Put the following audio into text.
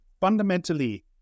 fundamentally